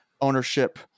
ownership